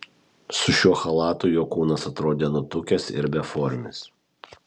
su šiuo chalatu jo kūnas atrodė nutukęs ir beformis